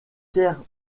pierre